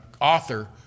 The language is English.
author